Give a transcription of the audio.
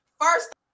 first